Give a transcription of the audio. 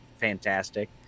fantastic